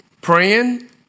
praying